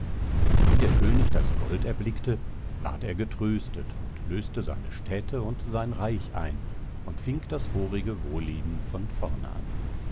wie der könig das gold erblickte ward er getröstet und löste seine städte und sein reich ein und fing das vorige wohlleben von vorne an